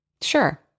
Sure